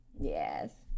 Yes